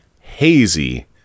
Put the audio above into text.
hazy